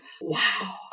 wow